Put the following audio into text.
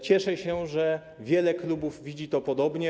Cieszę się, że wiele klubów widzi to podobnie.